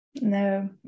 No